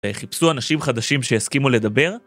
ויחיפשו אנשים חדשים שהסכימו לדבר?